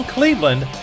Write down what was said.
Cleveland